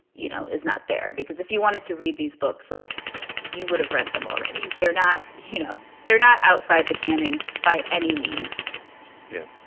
you know, is not there, because if you wanted to read these books, like you would have read them already. they're not you know, they're not outside the canon by any means yeah.